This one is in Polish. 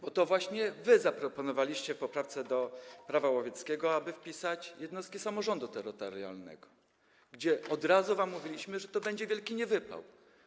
Bo to właśnie wy zaproponowaliście w poprawce do Prawa łowieckiego, aby wpisać jednostki samorządu terytorialnego, a od razu wam mówiliśmy, że to będzie wielki niewypał.